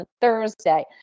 Thursday